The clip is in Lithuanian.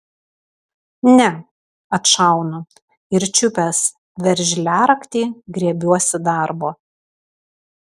ne atšaunu ir čiupęs veržliaraktį griebiuosi darbo